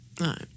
Right